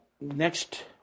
Next